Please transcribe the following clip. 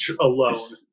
alone